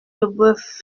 leboeuf